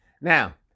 Now